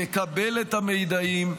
לקבל את המידעים,